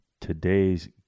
Today's